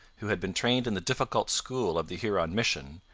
who had been trained in the difficult school of the huron mission,